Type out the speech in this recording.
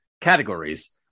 categories